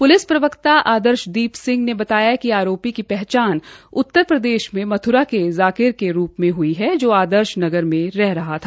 police प्रवक्ता आदर्शदीप सिंह ने बताया कि आरोपी की पहचान उत्तर प्रदेश में मथूरा के जाकिर के तौर पर हई है जो आदर्श नगर में रह रहा था